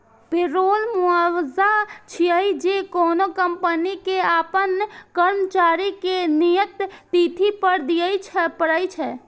payroll मुआवजा छियै, जे कोनो कंपनी कें अपन कर्मचारी कें नियत तिथि पर दियै पड़ै छै